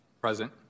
Present